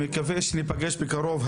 אני מקווה שניפגש בקרוב.